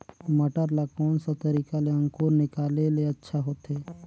मटर ला कोन सा तरीका ले अंकुर निकाले ले अच्छा होथे?